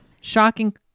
Shocking